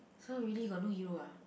so really got no hero ah